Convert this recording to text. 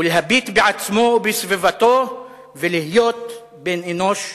ולהביט בעצמו ובסביבתו ולהיות בן-אנוש,